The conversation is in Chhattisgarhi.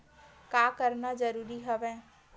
का करना जरूरी हवय?